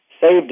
saved